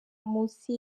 munsi